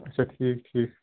اَچھا ٹھیٖک ٹھیٖک